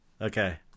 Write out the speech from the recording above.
okay